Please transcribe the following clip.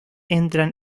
entran